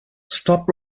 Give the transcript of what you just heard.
stop